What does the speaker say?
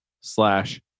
slash